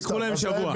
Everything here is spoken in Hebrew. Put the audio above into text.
אז ייקחו להם שבוע.